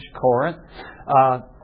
Corinth